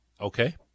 okay